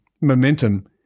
momentum